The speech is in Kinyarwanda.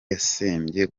yatsembye